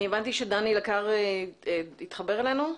הבנתי שדני לקר התחבר אלינו.